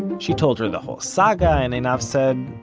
she told her the whole saga, and einav said,